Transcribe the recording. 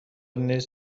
نیز